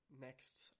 next